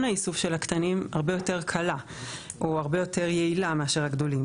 האיסוף של הקטנים הרבה יותר קלה או הרבה יותר יעילה מאשר הגדולים.